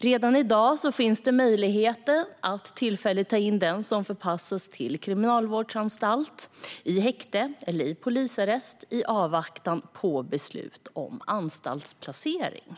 Redan i dag finns möjligheter att tillfälligt ta in den som ska förpassas till kriminalvårdsanstalt i häkte eller i polisarrest i avvaktan på beslut om anstaltsplacering.